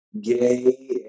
gay